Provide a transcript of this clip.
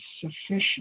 sufficient